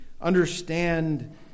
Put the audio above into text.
understand